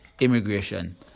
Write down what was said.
immigration